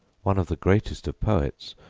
one of the greatest of poets,